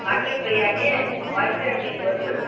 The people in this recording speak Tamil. மட்டன் பிரியாணி வஞ்சர மீன் வறுவல்